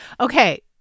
okay